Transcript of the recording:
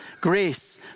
Grace